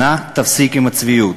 נא להפסיק עם הצביעות.